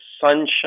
Sunshine